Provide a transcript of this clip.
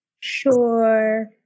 Sure